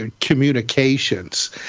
communications